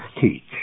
teach